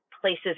places